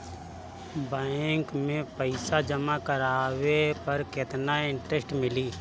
Bank में पईसा जमा करवाये पर केतना इन्टरेस्ट मिली?